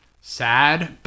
sad